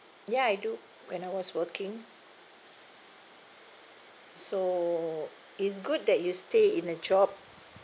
ya I do when I was working so it's good that you stay in a job